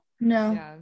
no